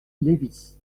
lévis